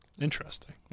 Interesting